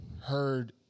heard